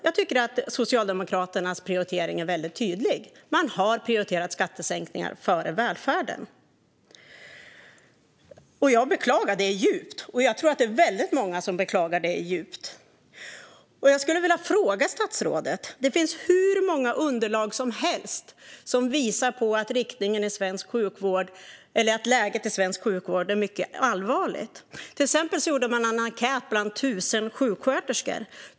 Jag tycker att Socialdemokraternas prioritering är väldigt tydlig. Man har prioriterat skattesänkningar före välfärden. Jag beklagar det djupt och tror att det är väldigt många som beklagar det djupt. Jag skulle vilja ställa en fråga till statsrådet. Det finns hur många underlag som helst som visar på att läget i svensk sjukvård är mycket allvarligt. Till exempel gjorde man en enkät bland 1 000 sjuksköterskor.